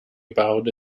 about